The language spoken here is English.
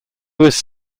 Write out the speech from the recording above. was